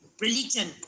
religion